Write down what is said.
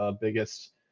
biggest